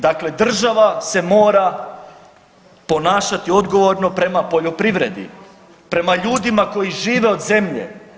Dakle, država se mora ponašati odgovorno prema poljoprivredi, prema ljudima koji žive od zemlje.